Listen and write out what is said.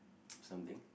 something